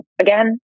again